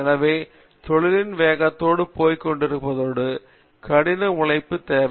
எனவே தொழிலின் வேகத்தோடு போய்க்கொண்டிருப்பதோடு கடின உழைப்பு தேவை